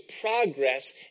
progress